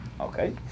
okay